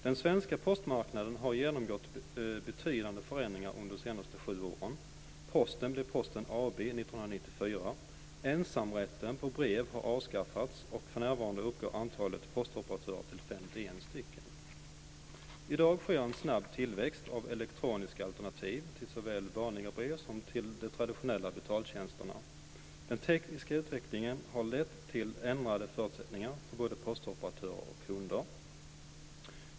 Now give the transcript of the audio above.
Den svenska postmarknaden har genomgått betydande förändringar under de senaste sju åren. Posten blev Posten AB 1994. Ensamrätten vad gäller brev har avskaffats, och för närvarande uppgår antalet postoperatörer till 51 stycken. I dag sker en snabb tillväxt av elektroniska alternativ till såväl vanliga brev som till de traditionella betaltjänsterna. Den tekniska utvecklingen har lett till ändrade förutsättningar för både postoperatörer och kunder.